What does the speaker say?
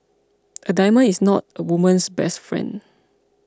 a diamond is not a woman's best friend